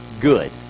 good